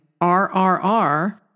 RRR